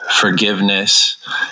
forgiveness